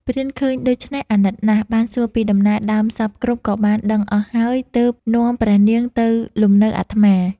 ព្រានឃើញដូច្នេះអាណិតណាស់ បានសួរពីដំណើរដើមសព្វគ្រប់ក៏បានដឹងអស់ហើយ ទើបនាំព្រះនាងទៅលំនៅអាត្មា។